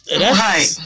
Right